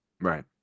right